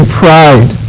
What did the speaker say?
pride